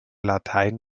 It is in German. latein